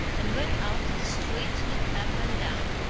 and went out to the street to look up and down.